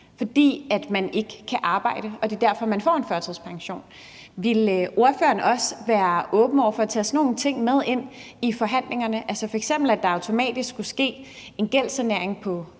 fordi du ikke kan arbejde. Det er derfor, man får en førtidspension. Ville ordføreren også være åben over for at tage sådan nogle ting med ind i forhandlingerne – altså f.eks., at der automatisk skal ske en gældssanering af